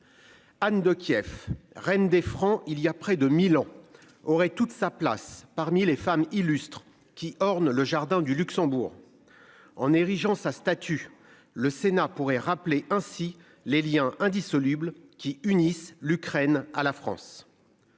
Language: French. Anne de Kiev reine des francs, il y a près de Milan aurait toute sa place parmi les femmes illustres qui ornent le jardin du Luxembourg. En érigeant sa statue. Le Sénat pourrait rappeler ainsi les Liens indissolubles qui unissent l'Ukraine à la France.